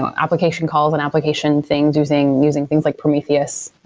ah application calls and application things using using things like prometheus,